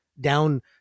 down